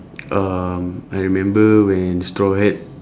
um I remember when straw hat